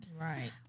Right